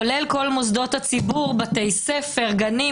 כולל כל מוסדות הציבור: בתי ספר, גנים.